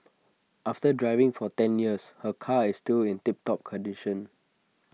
after driving for ten years her car is still in tip top condition